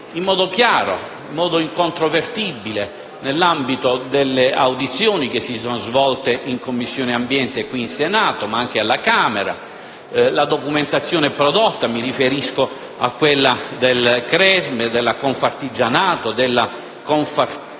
in modo chiaro ed incontrovertibile nell'ambito delle audizioni svolte in Commissione ambiente qui in Senato (ma anche alla Camera). La documentazione prodotta - mi riferisco a quella del CRESME, della Confartigianato e della Confindustria